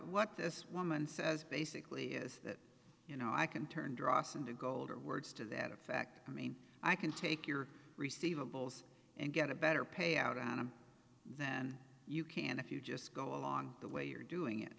what this woman says basically is that you know i can turn dross into gold or words to that effect i mean i can take your receive of both and get a better payout and then you can if you just go along the way you're doing it